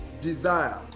desire